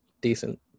decent